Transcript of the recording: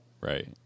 Right